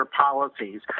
policies